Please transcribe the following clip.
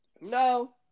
No